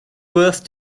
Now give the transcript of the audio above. worth